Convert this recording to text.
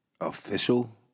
official